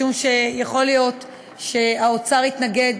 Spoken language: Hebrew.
משום שיכול להיות שהאוצר יתנגד,